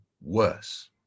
worse